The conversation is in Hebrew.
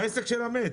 העסק שלה מת.